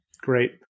Great